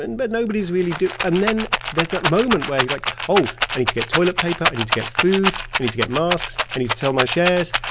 and but nobody's really and then there's that moment where you're like, oh, i need to get toilet paper. i need to get food. i need to get masks. i need to sell my shares.